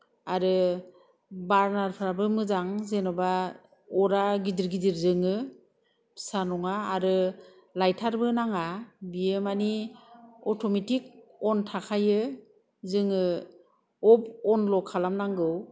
आरो बार्नारफोराबो मोजां जेन'बा अरा गिदिर गिदिर जोङो फिसा नङा आरो लायथारबो नाङा बियो माने अथ'मेटिक अन थाखायो जोङो अफ अनल' खालामनांगौ